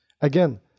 Again